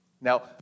Now